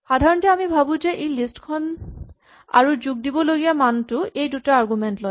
সাধাৰণতে আমি ভাৱো যে ই লিষ্ট খন আৰু যোগ দিব লগীয়া মানটো এই দুটা আৰগুমেন্ট লয়